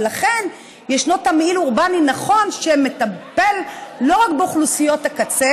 ולכן ישנו תמהיל אורבני נכון שמטפל לא רק באוכלוסיות הקצה